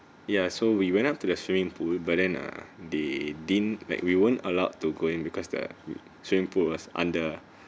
ya so we went up to the swimming pool but then uh they didn't like we weren't allowed to go in because the swimming pool was under